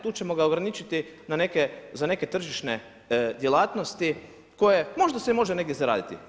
Tu ćemo ga ograničiti na neke, za neke tržišne djelatnosti koje možda se i može negdje zaraditi.